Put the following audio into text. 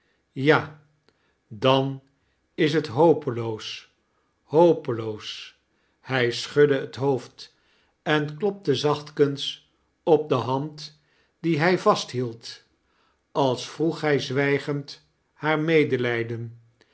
ja dan is t hopeloos hopeloos i hij schudde het boofd en klopte zachtkens op de hand die hij vasthield als vroeg hij zwijgend haar medelijden